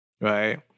right